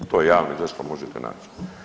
To je javno izašlo možete naći.